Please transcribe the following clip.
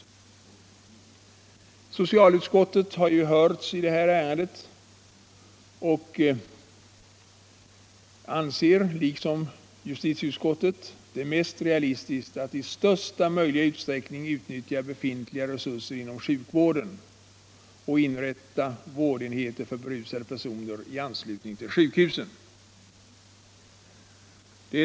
Socialutskottet har hörts i det här ärendet och anser liksom justitieutskottet det mest realistiskt att i största möjliga utsträckning utnyttja befintliga resurser inom sjukvården och inrätta vårdenheter för berusade personer i anslutning till sjukhusen.